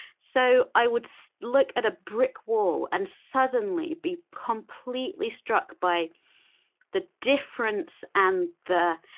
so, i would so look at a brick wall and suddenly be completely struck by the difference and the